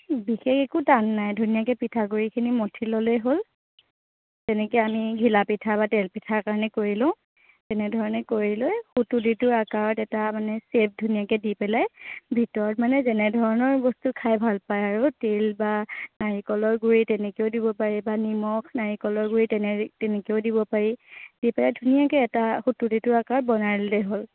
বিশেষ একো টান নাই ধুনীয়াকৈ পিঠাগুড়িখিনি মথি ল'লেই হ'ল তেনেকৈ আমি ঘিলা পিঠা বা তেল পিঠাৰ কাৰণে কৰি লওঁ তেনে ধৰণে কৰি লৈ সুতুলিটোৰ আকাৰত এটা মানে চেপ ধুনীয়াকৈ দি পেলাই ভিতৰত মানে যেনে ধৰণৰ বস্তু খাই ভাল পায় আৰু তিল বা নাৰিকলৰ গুড়ি তেনেকৈয়ো দিব পাৰি বা নিমখ নাৰিকলৰ গুড়ি তেনে তেনেকৈয়ো দিব পাৰি দি পেলাই ধুনীয়াকৈ এটা সুতুলিটোৰ আকাৰত বনাই ল'লেই হ'ল